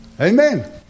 Amen